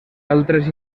altres